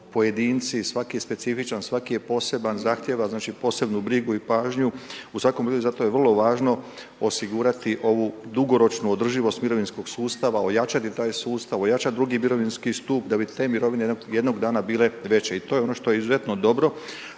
pojedinci, svaki je specifičan, svaki je poseban, zahtijeva znači posebnu brigu i pažnju i zato je vrlo važno osigurati ovu dugoročnu održivost mirovinskog sustava, ojačati taj sustav, ojačati drugi mirovinski stup da bi te mirovine jednog dana bile veće. I to je ono što je izuzetno dobro,